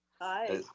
Hi